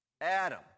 Adam